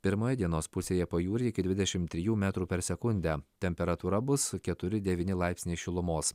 pirmoje dienos pusėje pajūryje iki dvidešimt trijų metrų per sekundę temperatūra bus keturi devyni laipsniai šilumos